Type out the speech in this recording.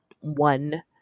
one